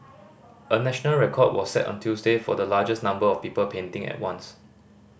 a national record was set on Tuesday for the largest number of people painting at once